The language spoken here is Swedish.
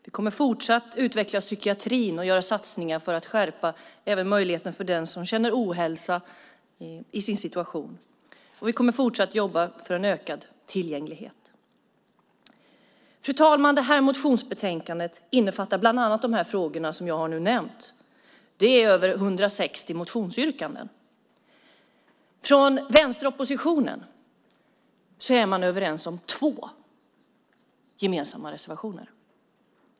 Vi kommer att fortsätta att utveckla psykiatrin med skärpta satsningar för att ge valmöjligheter för den som känner ohälsa i en situation, och vi kommer att fortsätta att jobba för en ökad tillgänglighet. Fru talman! Motionsbetänkandet innefattar bland annat de frågor som jag nu har nämnt. Det finns över 160 motionsyrkanden. Från vänsteroppositionen är man överens om två gemensamma reservationer.